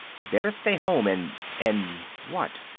better stay home and and what?